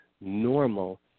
normal